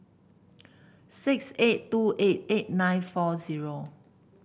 six eight two eight eight nine four zero